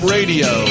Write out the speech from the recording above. Radio